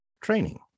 Training